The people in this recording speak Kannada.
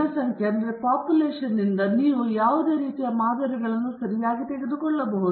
ಜನಸಂಖ್ಯೆಯಿಂದ ನೀವು ಯಾವುದೇ ರೀತಿಯ ಮಾದರಿಗಳನ್ನು ಸರಿಯಾಗಿ ತೆಗೆದುಕೊಳ್ಳಬಹುದು